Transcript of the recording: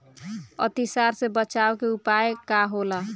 अतिसार से बचाव के उपाय का होला?